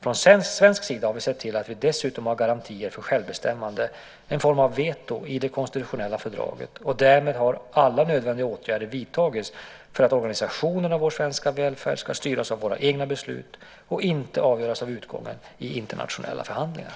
Från svensk sida har vi sett till att vi dessutom har garantier för självbestämmande, en form av veto, i det konstitutionella fördraget. Därmed har alla nödvändiga åtgärder vidtagits för att organisationen av vår svenska välfärd ska styras av våra egna beslut och inte avgöras av utgången i internationella förhandlingar.